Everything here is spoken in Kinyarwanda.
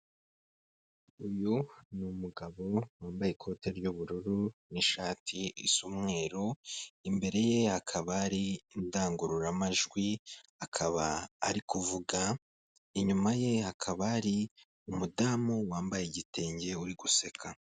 Uyu n'umugabo wambaye ikote ry'ubururu, n'ishati isa umweru. Imbere ye hakaba hari indangururamajwi, akaba ari kuvuga, inyuma ye hakaba ari umudamu wambaye igitenge uri guseka.